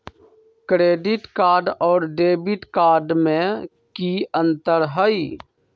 Credit card और debit card में की अंतर हई?